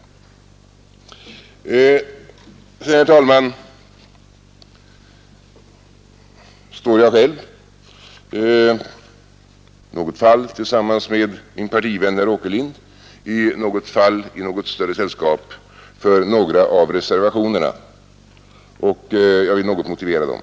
Emellertid, herr talman, står jag själv — i något fall tillsammans med min partivän herr Åkerlind, i något fall i något större sällskap — för vissa av reservationerna, och jag vill något motivera dem.